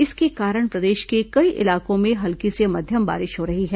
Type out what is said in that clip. इसके कारण प्रदेश के कई इलाकों में हल्की से मध्यम बारिश हो रही है